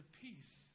peace